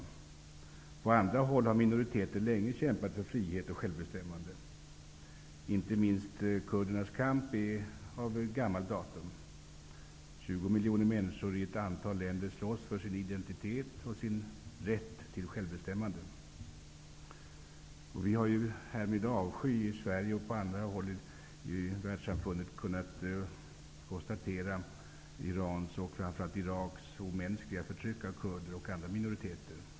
På andra håll har minoriteter länge kämpat för frihet och självbestämmande. Inte minst kurdernas kamp är av gammalt datum. 20 miljoner människor i ett antal länder slåss för sin identitet och sin rätt till självbestämmande. I Sverige och på andra håll i världssamfundet har vi med avsky uppmärksammat Irans och Iraks omänskliga förtryck av kurder och andra minoriteter.